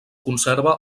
conserva